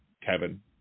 Kevin